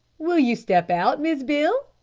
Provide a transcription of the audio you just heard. will you step out, miss beale,